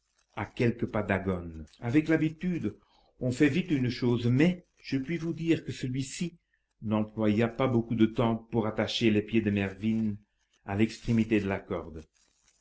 à quelques pas d'aghone avec de l'habitude on fait vite une chose mais je puis dire que celui-ci n'employa pas beaucoup de temps pour attacher les pieds de mervyn à l'extrémité de la corde